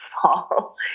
small